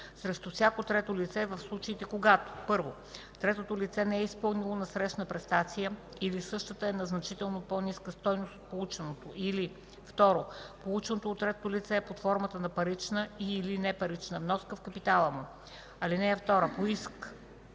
срещу всяко трето лице, в случаите, когато: 1. третото лице не е изпълнило насрещна престация или същата е на значително по-ниска стойност от полученото, или 2. полученото от третото лице е под формата на парична и/или непарична вноска в капитала му. (2) По иск